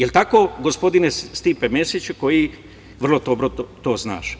El tako, gospodine Stipe Mesiću koji vrlo dobro to znaš.